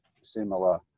similar